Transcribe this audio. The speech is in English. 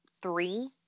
three